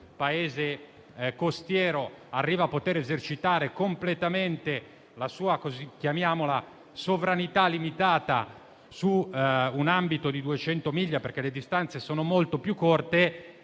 Paese costiero arriva a poter esercitare completamente la sua - chiamiamola così - sovranità limitata su un ambito di 200 miglia, perché le distanze sono molto più corte,